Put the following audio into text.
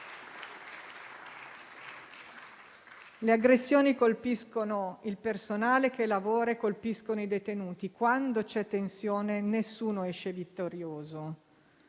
Le aggressioni colpiscono il personale che lavora e colpiscono i detenuti. Quando c'è tensione, nessuno esce vittorioso.